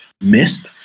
missed